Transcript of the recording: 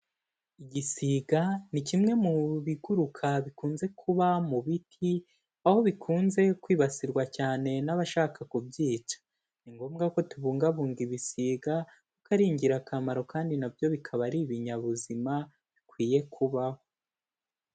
Igisiga ni kimwe mu biguruka bikunze kuba mu biti, aho bikunze kwibasirwa cyane n'abashaka kubyica. Ni ngombwa ko tubungabunga ibisiga, kuko ari ingirakamaro kandi na byo bikaba ari ibinyabuzima, bikwiye kubaho.